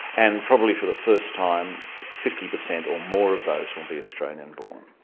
and probably for the first time fifty per cent or more of those will be australian born.